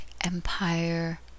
empire